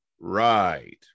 right